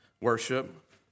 worship